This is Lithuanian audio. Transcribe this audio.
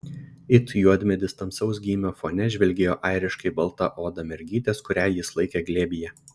it juodmedis tamsaus gymio fone žvilgėjo airiškai balta oda mergytės kurią jis laikė glėbyje